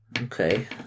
Okay